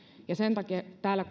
ja sen takia kun täällä